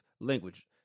language